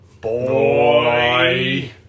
Boy